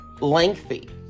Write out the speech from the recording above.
lengthy